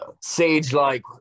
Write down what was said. sage-like